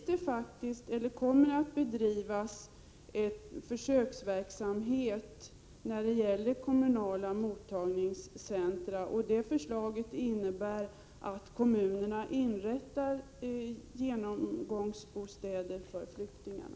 Det kommer också att bedrivas en försöksverksamhet med kommunala mottagningscentra, och det förslaget innebär att kommunerna inrättar genomgångsbostäder för flyktingarna.